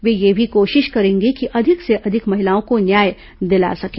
ये यह कोशिश करेंगी कि अधिक से अधिक महिलाओं को न्याय दिला सकें